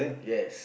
yes